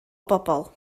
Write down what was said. bobl